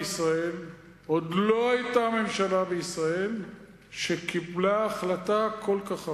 עוד לא היתה ממשלה בישראל שקיבלה החלטה כל כך חמורה.